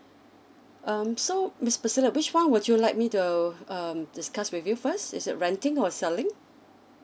um so miss priscilla which one would you like me to um discuss with you first is it renting or selling